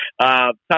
Top